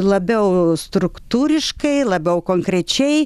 labiau struktūriškai labiau konkrečiai